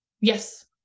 Yes